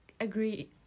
agree